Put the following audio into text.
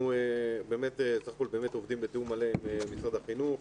אנחנו באמת עובדים בתיאום מלא עם משרד החינוך.